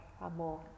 amor